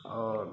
और